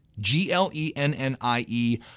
G-L-E-N-N-I-E